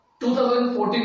2014